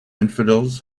infidels